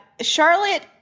Charlotte